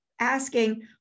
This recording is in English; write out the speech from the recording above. asking